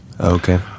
okay